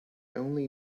only